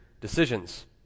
decisions